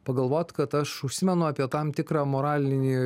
pagalvot kad aš užsimenu apie tam tikrą moralinį